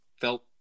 felt